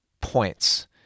points